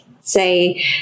say